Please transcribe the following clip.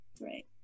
Right